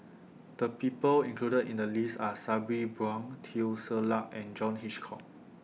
The People included in The list Are Sabri Buang Teo Ser Luck and John Hitchcock